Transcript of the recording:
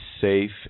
safe